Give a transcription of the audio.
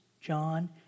John